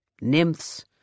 nymphs